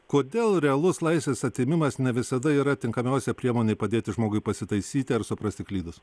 kodėl realus laisvės atėmimas ne visada yra tinkamiausia priemonė padėti žmogui pasitaisyti ar suprasti klydus